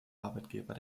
arbeitgeber